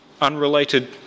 unrelated